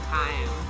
time